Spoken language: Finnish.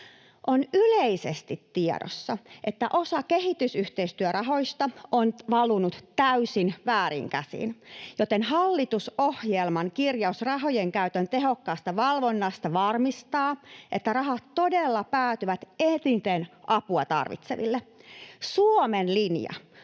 On yleisesti tiedossa, että osa kehitysyhteistyörahoista on valunut täysin vääriin käsiin, joten hallitusohjelman kirjaus rahojen käytön tehokkaasta valvonnasta varmistaa, että rahat todella päätyvät eniten apua tarvitseville. Suomen linja